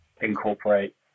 incorporate